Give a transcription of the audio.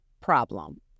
problem